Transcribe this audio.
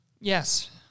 Yes